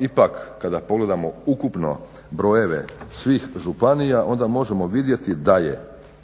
Ipak kada pogledamo ukupno brojeve svih županija onda možemo vidjeti da je